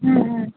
ம் ம்